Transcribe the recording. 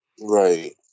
Right